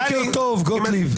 בוקר טוב, גוטליב.